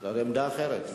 זו עמדה אחרת,